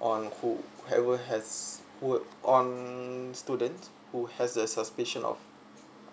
on who ever has would on students who has a suspicion of